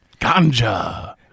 Ganja